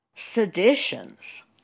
seditions